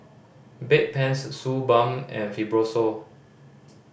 Bedpans Suu Balm and Fibrosol